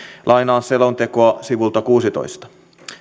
lainaan selontekoa sivulta kuusitoista